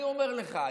אני אומר לך,